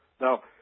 Now